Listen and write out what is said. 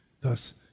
Thus